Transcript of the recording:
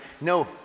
No